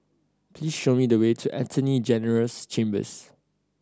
please show me the way to Attorney General's Chambers